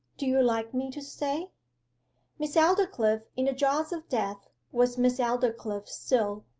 do you like me to stay miss aldclyffe in the jaws of death was miss aldclyffe still,